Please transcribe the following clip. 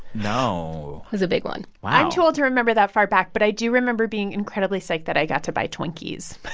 no was a big one wow i'm too old to remember that far back. but i do remember being incredibly psyched that i got to buy twinkies.